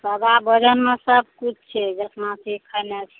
सादा भोजनमे सबकिछु छै जितना चीज खाना छै